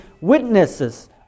witnesses